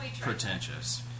pretentious